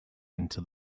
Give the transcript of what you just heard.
into